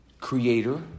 Creator